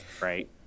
Right